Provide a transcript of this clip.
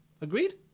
Agreed